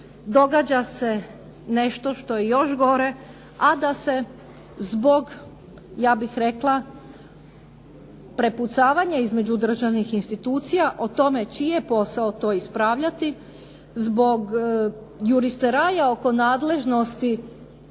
Događa se nešto što je još gore, a da se zbog, ja bih rekla, prepucavanja između državnih institucija o tome čiji je posao to ispravljati, zbog juristeraja oko nadležnosti